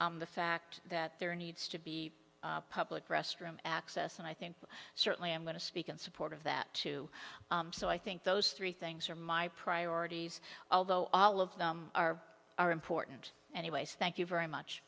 about the fact that there needs to be public restroom access and i think certainly i'm going to speak in support of that too so i think those three things are my priorities although all of them are are important anyways thank you very much